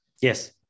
Yes